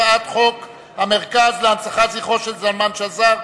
הצעת חוק המרכז להנצחת זכרו של זלמן שזר,